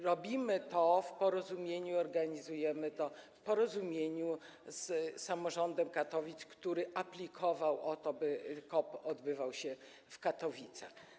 Robimy to w porozumieniu, organizujemy to w porozumieniu z samorządem Katowic, który aplikował o to, by COP odbywał się w Katowicach.